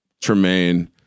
Tremaine